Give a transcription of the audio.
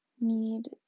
need